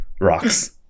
rocks